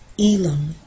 Elam